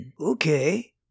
Okay